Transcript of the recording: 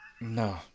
No